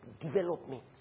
development